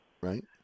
right